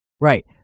Right